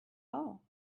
all